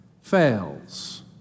fails